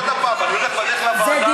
ואני